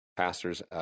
Pastors